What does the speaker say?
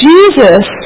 Jesus